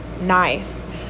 nice